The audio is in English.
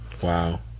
Wow